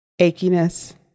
achiness